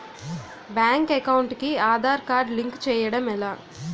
Bank account కి Aadhaar card link చేయడం ఎలా?